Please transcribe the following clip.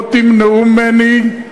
לא תמנעו ממני,